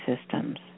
systems